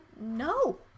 No